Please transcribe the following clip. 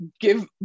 give